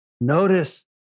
notice